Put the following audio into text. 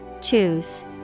Choose